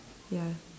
ya